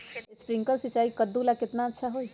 Sprinkler सिंचाई कददु ला केतना अच्छा होई?